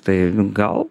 tai gal